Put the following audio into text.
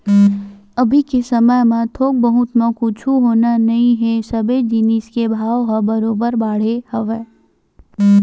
अभी के समे म थोक बहुत म कुछु होना नइ हे सबे जिनिस के भाव ह बरोबर बाड़गे हवय